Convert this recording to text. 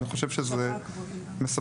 אני חושב שזה מספק